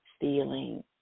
feeling